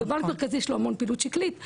בבנק מרכזי יש לו המון פעילות מקומית,